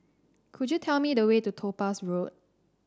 could you tell me the way to Topaz Road